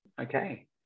okay